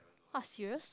(wah) serious